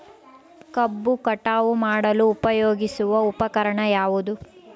ಕಬ್ಬು ಕಟಾವು ಮಾಡಲು ಉಪಯೋಗಿಸುವ ಉಪಕರಣ ಯಾವುದು?